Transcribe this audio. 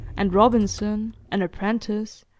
and robinson, an apprentice,